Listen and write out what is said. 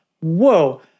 whoa